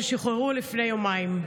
ששוחררו לפני יומיים.